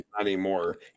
anymore